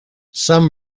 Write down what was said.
some